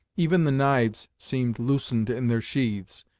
even the knives seemed loosened in their sheathes,